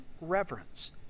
reverence